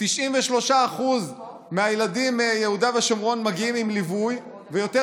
93% מהילדים ביהודה ושומרון מגיעים עם ליווי ויותר